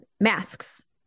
masks